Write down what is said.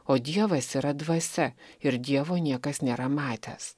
o dievas yra dvasia ir dievo niekas nėra matęs